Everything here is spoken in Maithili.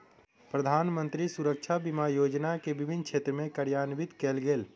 प्रधानमंत्री सुरक्षा बीमा योजना के विभिन्न क्षेत्र में कार्यान्वित कयल गेल